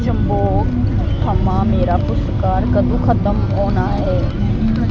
जबोंग थमां मेरा पुरस्कार कदूं खतम होना ऐ